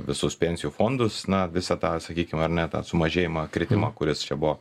visus pensijų fondus na visą tą sakykim ar ne tą sumažėjimą kritimą kuris buvo